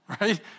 right